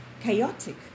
chaotic